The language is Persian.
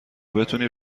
بتونی